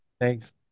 Thanks